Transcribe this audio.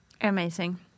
Amazing